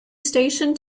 station